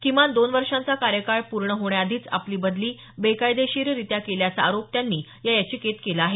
किमान दोन वर्षांचा कार्यकाळ पूर्ण होण्याआधीच आपली बदली बेकायदेशीररित्या केल्याचा आरोप त्यांनी या याचिकेत केला आहे